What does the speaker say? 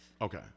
Okay